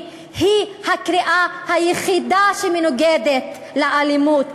היא הקריאה היחידה שמנוגדת לאלימות,